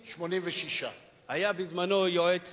86. היה בזמנו יועץ